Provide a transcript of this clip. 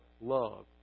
love